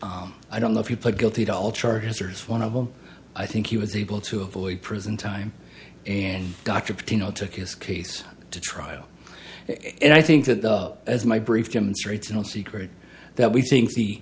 guilty i don't know if you put guilty to all charges or is one of them i think he was able to avoid prison time and dr pitino took his case to trial and i think that the as my brief demonstrates no secret that we think the